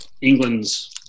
England's